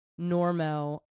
normo